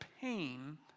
pain